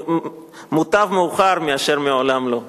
מוטב מאוחר מאשר לעולם לא.